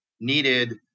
needed